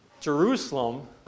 Jerusalem